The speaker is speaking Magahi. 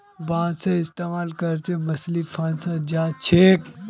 बांसेर इस्तमाल करे मछली फंसाल जा छेक